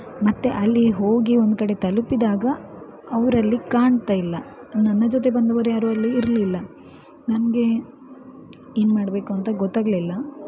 ಮತ್ತು ಅಲ್ಲಿ ಹೋಗಿ ಒಂದು ಕಡೆ ತಲುಪಿದಾಗ ಅವರಲ್ಲಿ ಕಾಣ್ತಾ ಇಲ್ಲ ನನ್ನ ಜೊತೆ ಬಂದವರು ಯಾರೂ ಅಲ್ಲಿ ಇರಲಿಲ್ಲ ನನಗೆ ಏನು ಮಾಡಬೇಕು ಅಂತ ಗೊತ್ತಾಗಲಿಲ್ಲ